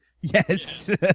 Yes